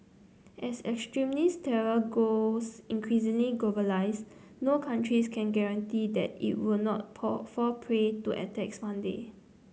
as extremist terror grows increasingly globalised no countries can guarantee that it will not poll fall prey to attacks one day